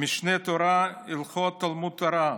משנה תורה, הלכות תלמוד תורה: